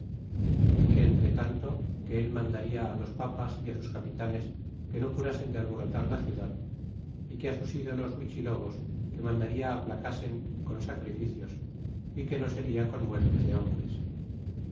y que entre tanto que él mandada los papas y sus capitanes que no curasen de alborotar la ciudad é que á sus ídolos huichilobos que mandaria aplacasen con sacrificios é que no seria con muertes de hombres